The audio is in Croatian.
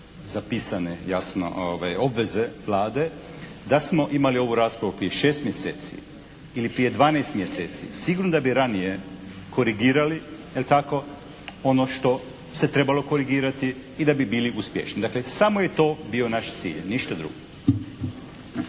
zapisane jasno ove obveze Vlade da smo imali ovu raspravu prije šest mjeseci ili prije 12 mjeseci sigurno da bi ranije korigirali jel tako ono što se trebalo korigirati i da bi bili uspješniji. Dakle, samo je to bio naš cilj, ništa drugo.